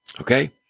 Okay